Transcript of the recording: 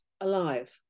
alive